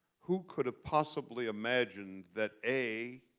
who could've possibly imagined that a,